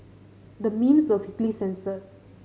the memes were quickly censored